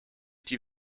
die